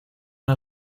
una